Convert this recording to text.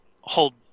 hold